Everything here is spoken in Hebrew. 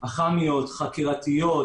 אח"מיות חקירתיות,